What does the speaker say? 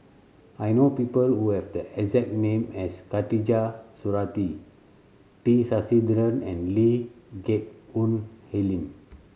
I know people who have the exact name as Khatijah Surattee T Sasitharan and Lee Geck Hoon Ellen